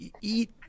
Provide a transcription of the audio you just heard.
eat